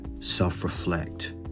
self-reflect